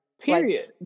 Period